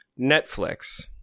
Netflix